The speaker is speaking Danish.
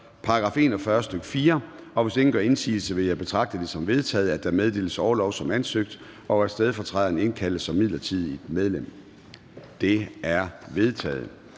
§ 41, stk. 4. Hvis ingen gør indsigelse, vil jeg betragte det som vedtaget, at der meddeles orlov som ansøgt, og at stedfortræderen indkaldes som midlertidigt medlem. Det er vedtaget.